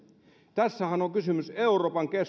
tässähän on kysymys euroopan